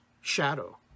shadow